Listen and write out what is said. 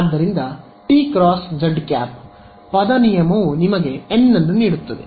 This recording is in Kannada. ಆದ್ದರಿಂದ t × z ಪದ ನಿಯಮವು ನಿಮಗೆ n ನೀಡುತ್ತದೆ